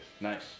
Nice